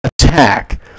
attack